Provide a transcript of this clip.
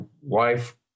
wife